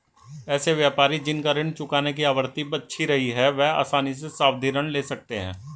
ऐसे व्यापारी जिन का ऋण चुकाने की आवृत्ति अच्छी रही हो वह आसानी से सावधि ऋण ले सकते हैं